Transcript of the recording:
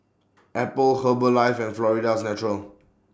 Apple Herbalife and Florida's Natural